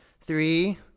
Three